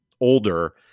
older